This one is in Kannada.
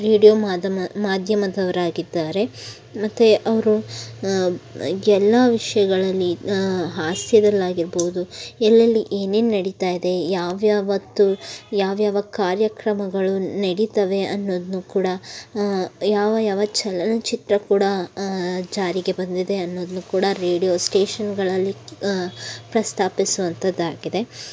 ರೇಡ್ಯೋ ಮಾಧ್ಯಮ ಮಾಧ್ಯಮದವರಾಗಿದ್ದಾರೆ ಮತ್ತು ಅವರು ಎಲ್ಲ ವಿಷಯಗಳಲ್ಲಿ ಹಾಸ್ಯದಲ್ಲಾಗಿರ್ಬೌದು ಎಲ್ಲೆಲ್ಲಿ ಏನೇನು ನಡಿತಾ ಇದೆ ಯಾವ ಯಾವತ್ತು ಯಾವ ಯಾವ ಕಾರ್ಯಕ್ರಮಗಳು ನೆಡಿತವೆ ಅನ್ನೋದನ್ನು ಕೂಡ ಯಾವ ಯಾವ ಚಲನಚಿತ್ರ ಕೂಡ ಜಾರಿಗೆ ಬಂದಿದೆ ಅನ್ನೋದನ್ನು ಕೂಡ ರೇಡ್ಯೋ ಸ್ಟೇಷನ್ಗಳಲ್ಲಿ ಪ್ರಸ್ತಾಪಿಸುವಂಥದ್ದಾಗಿದೆ